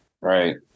Right